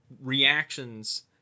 reactions